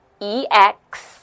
EX